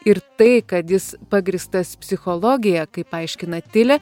ir tai kad jis pagrįstas psichologija kaip aiškina tilė